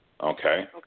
Okay